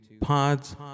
Pods